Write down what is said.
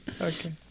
Okay